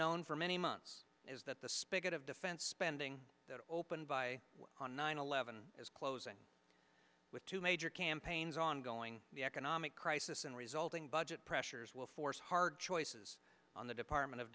known for many months is that the spigot of defense spending opened by on nine eleven is closing with two major campaigns ongoing the economic crisis and resulting budget pressures will force hard choices on the department of